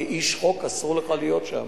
כאיש חוק אסור לך להיות שם.